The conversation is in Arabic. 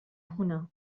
هنا